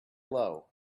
low